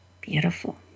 Beautiful